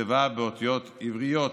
נכתבה באותיות עבריות,